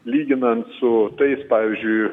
lyginant su tais pavyzdžiui